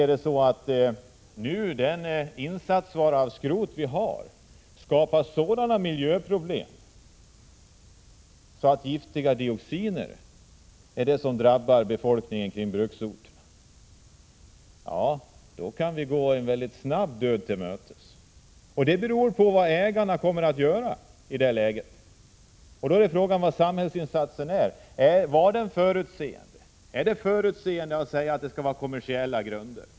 Är det så att den insatsvara i form av skrot som vi har skapar sådana miljöproblem att giftiga dioxiner drabbar befolkningen kring bruksorterna, då kan vi gå en väldigt snabb död till mötes. Det hela beror på vad ägarna kommer att göra. Vilken är samhällsinsatsen? Är det förutseende att säga att det skall vara fråga om kommersiella grunder?